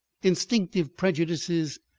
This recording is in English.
instinctive prejudices,